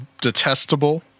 Detestable